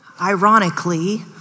Ironically